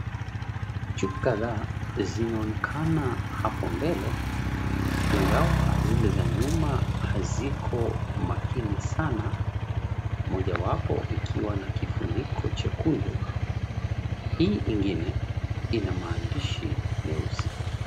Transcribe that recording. Chupa kadhaa zinaonekana hapo mbele ingawa zile za nyuma haziko makini sana, moja wapo ikiwa na kifuniko chekundu hii ingine ina maandishi meusi.